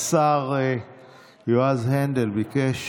השר יועז הנדל ביקש